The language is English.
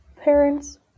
parents